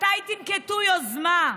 מתי תנקטו יוזמה?